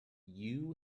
you